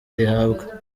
rihabwa